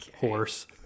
horse